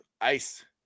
ice